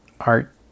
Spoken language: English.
Art